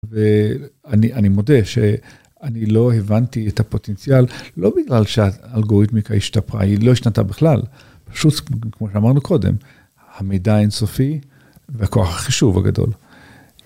ואני, אני מודה שאני לא הבנתי את הפוטנציאל, לא בגלל שהאלגוריתמיקה השתפרה, היא לא השתנתה בכלל, פשוט כמו שאמרנו קודם, המידע האינסופי והכוח החישוב הגדול.